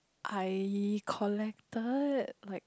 I collected like